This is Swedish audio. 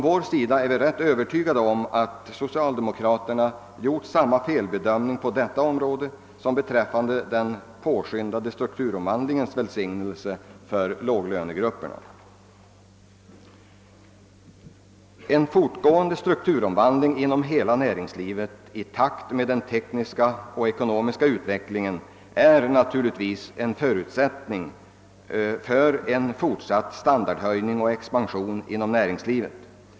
Vi är rätt övertygade om att socialdemokraterna gjort samma felbedömning på detta område som beträffande den påskyndade strukturomvandlingen, som skulle vara till välsignelse för låglönegrupperna. En fortgående strukturomvandling inom hela näringslivet i takt med den tekniska och ekonomiska utvecklingen är naturligtvis en förutsättning för en fortsatt standardhöjning och expansion inom näringslivet.